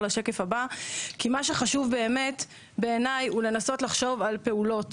כי מה שחשוב בעיניי, הוא לנסות לחשוב על פעולות